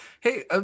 Hey